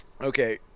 Okay